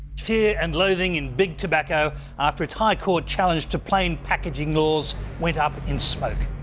fear and loathing in big tobacco after its high court challenge to plain packaging laws went up in smoke.